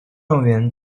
状元